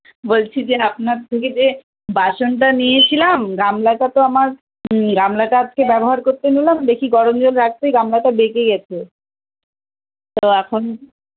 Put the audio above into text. বলছি যে আপনার থেকে যে বাসনটা নিয়ে ছিলাম গামলাটা তো আমার রান্নাতে আজকে ব্যবহার করতে নিলাম দেখি গরম জল রাখতেই গামলাটা বেঁকে গেছে তো এখন